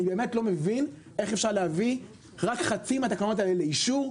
אני באמת לא מבין איך אפשר להביא רק חצי מהתקנות האלה לאישור,